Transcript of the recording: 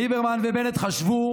ליברמן ובנט חשבו: